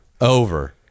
over